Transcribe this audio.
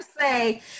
say